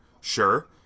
sure